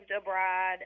abroad